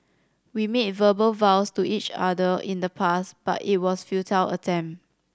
we made verbal vows to each other in the past but it was futile attempt